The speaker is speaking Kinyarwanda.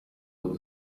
twari